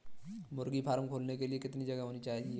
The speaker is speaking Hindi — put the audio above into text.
मुर्गी फार्म खोलने के लिए कितनी जगह होनी आवश्यक है?